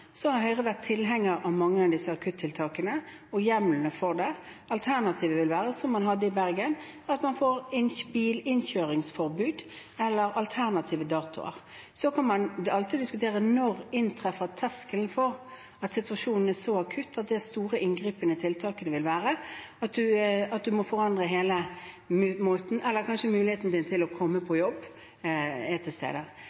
har vi vært tilhengere av mange av disse akuttiltakene og hjemlene for dem. Alternativet ville vært som man gjorde i Bergen, at man får bilinnkjøringsforbud eller alternative datoer. Man kan alltid diskutere hvor terskelen skal være for at situasjonen er så akutt at de store, inngripende tiltakene vil være at man må forandre måten man kommer seg på jobb på, eller at man kanskje må vurdere om muligheten til å komme seg på